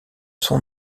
son